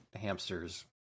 hamsters